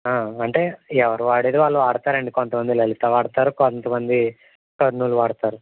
అంటే ఎవరు వాడేది వాళ్ళు వాడతారండి కొంతమంది లలిత వాడతారు కొంతమంది కర్నూలు వాడతారు